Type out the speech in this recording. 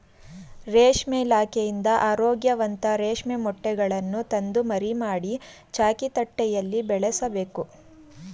ರೇಷ್ಮೆ ಇಲಾಖೆಯಿಂದ ಆರೋಗ್ಯವಂತ ರೇಷ್ಮೆ ಮೊಟ್ಟೆಗಳನ್ನು ತಂದು ಮರಿ ಮಾಡಿ, ಚಾಕಿ ತಟ್ಟೆಯಲ್ಲಿ ಬೆಳೆಸಬೇಕು